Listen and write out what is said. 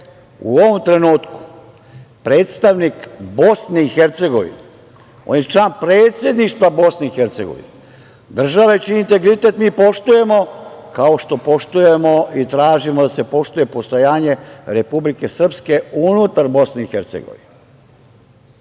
u ovom trenutku predstavnik Bosne i Hercegovine, on je član predsedništva Bosne i Hercegovine, države čiji integritet mi poštujemo, kao što poštujemo i tražimo da se poštuje postojanje Republike Srpske unutar Bosne i Hercegovine.